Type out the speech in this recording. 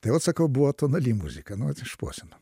tai vat sakau buvo tonali muzika nu vat ir šposinam